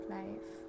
life